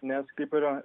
nes kaip ir